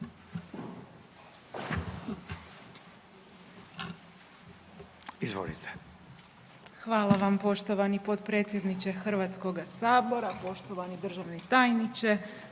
(HDZ)** Zahvaljujem poštovani potpredsjedniče Hrvatskoga sabora. Poštovani državni tajniče